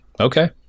Okay